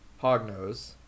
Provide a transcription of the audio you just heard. hognose